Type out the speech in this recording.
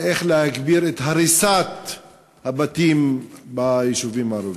איך להגביר את הריסת הבתים ביישובים הערביים.